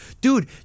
Dude